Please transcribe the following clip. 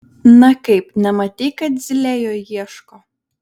na kaip nematei kad zylė jo ieško